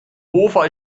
hofer